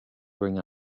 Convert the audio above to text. bring